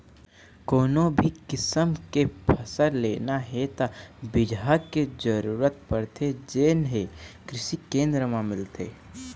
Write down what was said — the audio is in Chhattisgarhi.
कोनो भी किसम के फसल लेना हे त बिजहा के जरूरत परथे जेन हे कृषि केंद्र म मिलथे